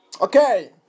Okay